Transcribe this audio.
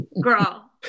girl